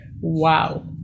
wow